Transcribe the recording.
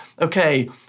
okay